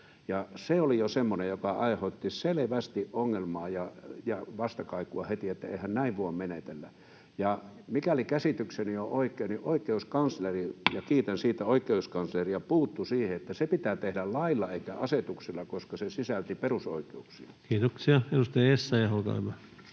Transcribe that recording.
Se oli jo semmoinen, joka aiheutti selvästi ongelmaa ja vastakaikua heti, että eihän näin voi menetellä. Mikäli käsitykseni on oikea, niin oikeuskansleri — ja kiitän siitä oikeuskansleria — puuttui siihen, että se pitää tehdä lailla eikä asetuksella, koska se sisälsi perusoikeuksia. Kiitoksia. — Edustaja Essayah, olkaa